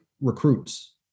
recruits